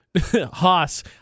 Haas